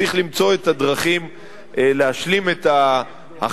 צריך למצוא את הדרכים להשלים את ההכנסות.